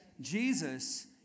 Jesus